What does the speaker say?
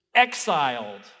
exiled